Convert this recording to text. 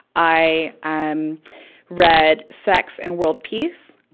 i um read sex and world peace.